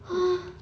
!huh!